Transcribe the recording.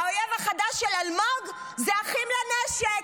והאויב החדש של אלמוג זה אחים לנשק.